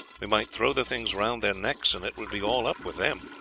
we might throw the things round their necks, and it would be all up with them.